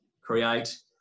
create